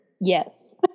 Yes